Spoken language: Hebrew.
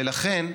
ולכן,